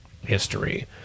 history